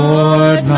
Lord